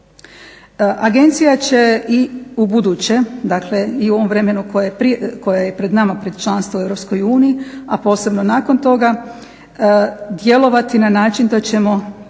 Agencija će i u buduće, dakle i u ovom vremenu koje je pred nama pred članstvo u Europskoj uniji, a posebno nakon toga djelovati na način da ćemo